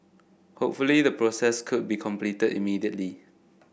hopefully the process could be completed immediately